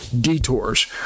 detours